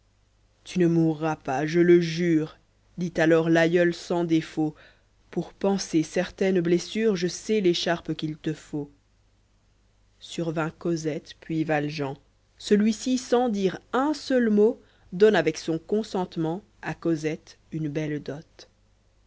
tu ne mourras pas je le jure dit alors l'aïeul sans défaut pour panser certaine blessure je sais l'écharpe qu'il te faut survint cosette puis valjean celui-ci sans dire un seul mot donne avec son consentement a cosette une belle dot